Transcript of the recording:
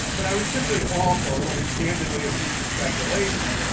but i would simply offer what is candidly a piece of speculation.